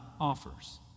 offers